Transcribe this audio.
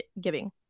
giving